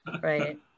right